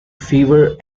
fever